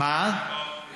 הוא